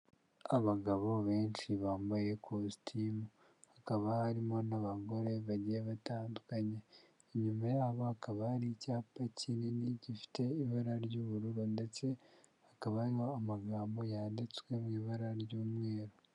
Abagabo benshi bambaye kositimu hakaba harimo n'abagore bagiye batandukanye, inyuma yabo hakaba hari icyapa kinini gifite ibara ry'ubururu ndetse hakaba harimo amagambo yanditswe mu ibara ry'umweru.